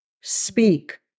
speak